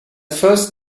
first